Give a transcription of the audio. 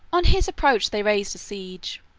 on his approach they raised the siege,